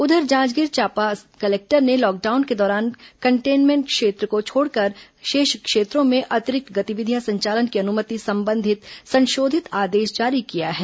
उधर जांजगीर चांपा कलेक्टर ने लॉकडाउन के दौरान कंटेन्मेंट क्षेत्र को छोड़कर शेष क्षेत्रों में अतिरिक्त गतिविधियां संचालन की अनुमति संबंधित संशोधित आदेश जारी किया है